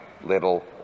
little